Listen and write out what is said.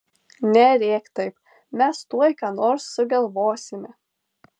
nerėk taip mes tuoj ką nors sugalvosime